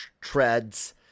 treads